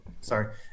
sorry